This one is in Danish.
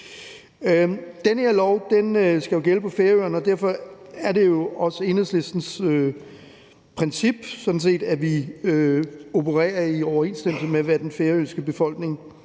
Den her lov skal jo gælde på Færøerne, og derfor er det også Enhedslistens princip sådan set, at vi opererer i overensstemmelse med, hvad den færøske befolkning